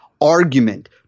argument